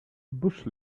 bush